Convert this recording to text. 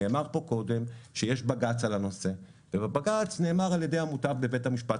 נאמר כאן קודם שיש בג"ץ על הנושא ובבג"ץ נאמר על ידי עמותה בבית המשפט,